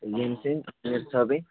ییٚمہِ سٕنٛدِ سیعد صٲبٕنۍ